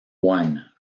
one